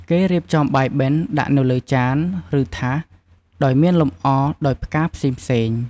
គេរៀបចំបាយបិណ្ឌ ដាក់នៅលើចាន ឬថាស ដោយមានលម្អដោយផ្កាផ្សេងៗ។